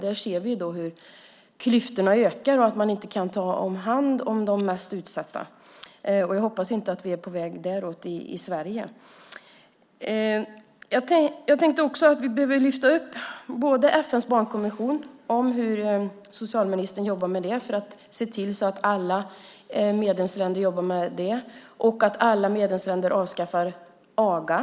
Där ser vi hur klyftorna ökar och att man inte kan ta hand om de mest utsatta. Jag hoppas inte att vi är på väg ditåt i Sverige. Vi behöver lyfta upp FN:s barnkonvention och hur socialministern jobbar med det. Vi ska se till att alla medlemsländer jobbar med det och att alla medlemsländer avskaffar aga.